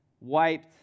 wiped